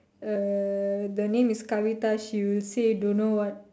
uh the name is Kavitha she will say don't know what